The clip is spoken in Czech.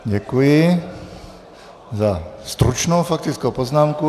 Děkuji za stručnou faktickou poznámku.